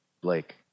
Blake